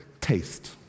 taste